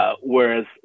Whereas